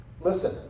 Listen